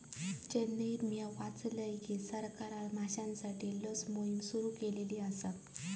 चेन्नईत मिया वाचलय की सरकारना माश्यांसाठी लस मोहिम सुरू केली हा